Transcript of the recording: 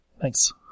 Thanks